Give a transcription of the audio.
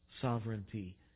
sovereignty